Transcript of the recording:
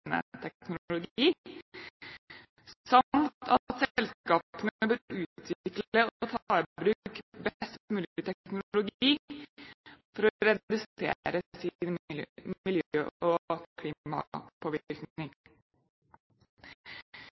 samt at selskapene bør utvikle og ta i bruk best mulig teknologi for å redusere sin miljø- og